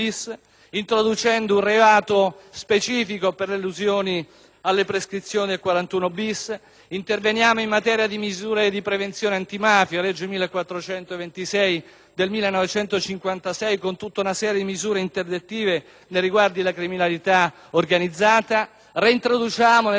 alle prescrizioni del 41*-bis*. Interveniamo in materia di misure di prevenzione antimafia (legge n. 1426 del 1956) con tutta una serie di misure interdittive nei riguardi della criminalità organizzata. Reintroduciamo nel codice di procedura penale l'obbligo della custodia cautelare in carcere di persone